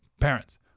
parents